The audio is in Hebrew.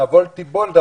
"נבול תיבול",